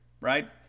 right